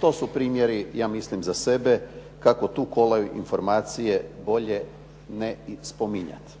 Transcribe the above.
to su primjeri ja mislim za sebe kako tu kolaju informacije bolje ne i spominjati.